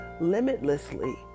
limitlessly